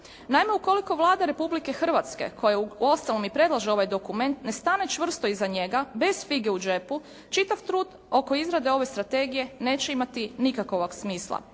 Naime, ukoliko Vlada Republike Hrvatske koja uostalom i predlaže ovaj dokument ne stane čvrsto iza njega, bez fige u džepu čitav trud oko izrade ove strategije neće imati nikakvoga smisla.